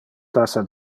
tassa